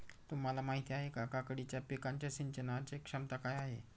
तुम्हाला माहिती आहे का, काकडीच्या पिकाच्या सिंचनाचे क्षमता काय आहे?